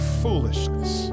foolishness